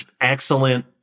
excellent